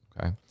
Okay